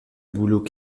bouleau